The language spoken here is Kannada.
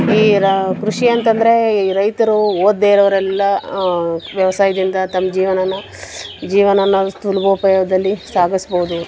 ಈರ ಕೃಷಿ ಅಂತಂದರೆ ಈ ರೈತರು ಓದದೇ ಇರೋವ್ರೆಲ್ಲ ವ್ಯವಸಾಯದಿಂದ ತಮ್ಮ ಜೀವನನ ಜೀವನನ ಸುಲಭೋಪಾಯದಲ್ಲಿ ಸಾಗಿಸ್ಬೋದು